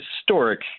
historic